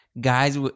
guys